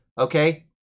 Okay